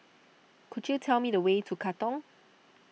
could you tell me the way to Katong